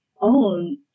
own